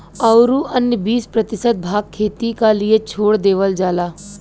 औरू अन्य बीस प्रतिशत भाग खेती क लिए छोड़ देवल जाला